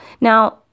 Now